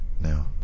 now